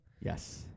Yes